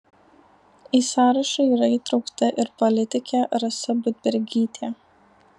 į sąrašą yra įtraukta ir politikė rasa budbergytė